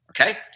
okay